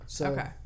Okay